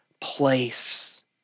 place